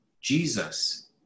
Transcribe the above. Jesus